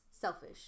selfish